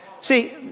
see